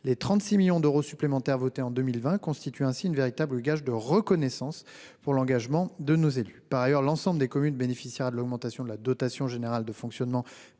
Les 36 millions d'euros supplémentaires votés en 2020 sont un véritable gage de reconnaissance de l'engagement de nos élus. Par ailleurs, l'ensemble des communes sont bénéficiaires de l'augmentation de la dotation générale de fonctionnement